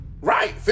Right